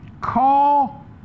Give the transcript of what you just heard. Call